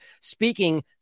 speaking